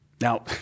Now